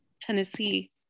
Tennessee